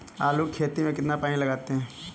आलू की खेती में कितना पानी लगाते हैं?